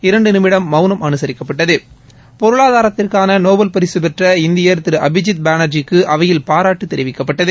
இரண்டு நிமிடம் மவுனம் அனுசரிக்கப்பட்டது பொருளாதாரத்திற்கான நோபல் பரிக பெற்ற இந்தியர் திரு அபிஜித் பானர்ஜிக்கு அவையில் பாராட்டு தெரிவிக்கப்பட்டது